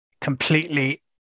Completely